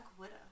Widow